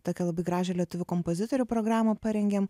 tokią labai gražią lietuvių kompozitorių programą parengėm